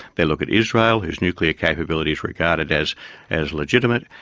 they look at israel, whose nuclear capability is regarded as as legitimate.